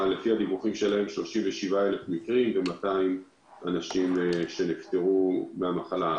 לפי הדיווחים שלהם יש שם 37,000 מקרים ו-200 אנשים שנפטרו מהמחלה.